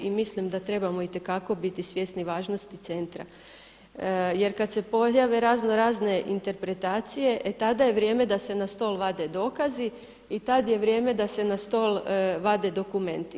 I mislim da trebamo biti itekako svjesni važnosti centra, jer kad se pojave razno razne interpretacije e tada je vrijeme da se na stol vade dokazi i tad je vrijeme da se na stol vade dokumenti.